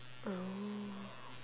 oh